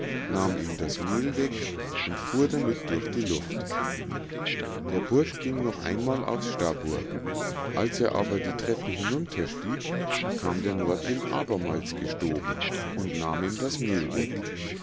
nahm ihm das mehl weg und fuhr damit durch die luft der bursch ging noch einmal aufs stabur als er aber die treppe hinunterstieg kam der nordwind abermals gestoben und nahm ihm das mehl weg